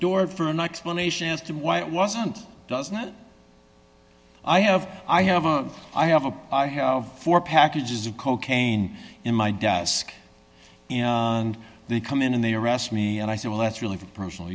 door for an explanation as to why it wasn't does not i have i have a i have a i have four packages of cocaine in my desk and they come in and they arrest me and i say well that's really for personal